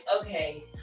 okay